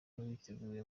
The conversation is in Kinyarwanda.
wateguwe